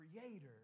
Creator